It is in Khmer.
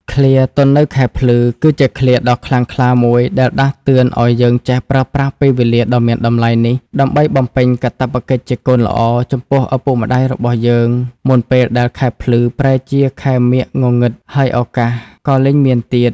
ឃ្លា ទាន់នៅខែភ្លឺ គឺជាឃ្លាដ៏ខ្លាំងក្លាមួយដែលដាស់តឿនឲ្យយើងចេះប្រើប្រាស់ពេលវេលាដ៏មានតម្លៃនេះ ដើម្បីបំពេញកាតព្វកិច្ចជាកូនល្អ ចំពោះឪពុកម្តាយរបស់យើង មុនពេលដែល ខែភ្លឺ ប្រែជា ខែមាឃងងឹត ហើយឱកាសក៏លែងមានទៀត។